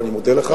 ואני מודה לך.